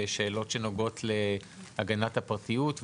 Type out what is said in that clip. ושאלות שנוגעות להגנת הפרטיות.